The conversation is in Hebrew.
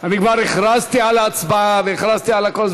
אני כבר הכרזתי על ההצבעה והכרזתי על הכול,